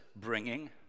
bringing